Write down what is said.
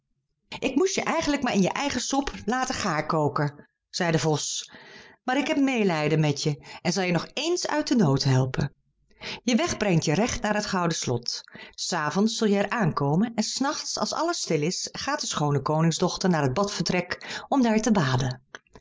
ik moest je eigenlijk maar in je eigen sop laten gaarkoken zei de vos maar ik heb meelijden met je en zal je nog ééns uit den nood helpen je weg brengt je recht naar het gouden slot s avonds zul je er aankomen en s nachts als alles stil is gaat de schoone koningsdochter naar het badvertrek om daar te baden